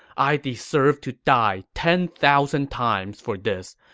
i deserve to die ten thousand times for this,